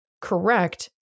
correct